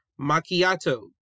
Macchiato